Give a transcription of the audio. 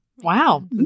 Wow